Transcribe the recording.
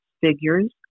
figures